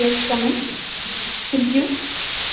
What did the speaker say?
yes come in ഇരിക്കൂ